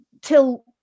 till